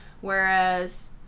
Whereas